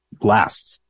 lasts